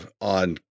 on